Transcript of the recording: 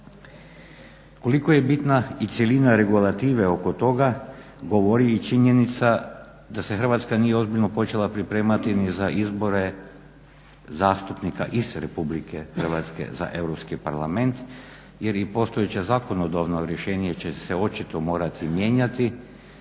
Koliko je bitna i cjelina regulative oko toga govori i činjenica da se Hrvatska nije ozbiljno počela pripremati ni za izbore zastupnika iz Republike Hrvatske za Europski parlament jer i postojeća zakonodavno rješenje će se očito morati mijenjati.